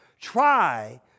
try